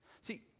See